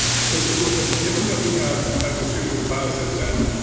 so google said, given that we have a distributed file system,